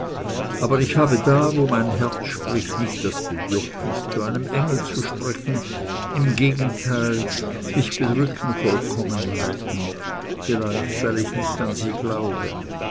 aber ich habe da wo mein herz spricht nicht das bedürfnis zu einem engel zu sprechen im gegenteil mich bedrücken vollkommenheiten vielleicht weil ich nicht an sie glaube